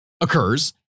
occurs